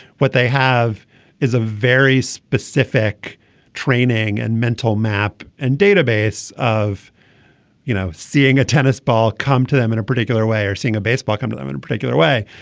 what they have is a very specific training and mental map and database of you know seeing a tennis ball come to them in a particular way or seeing a baseball come to them in a particular way.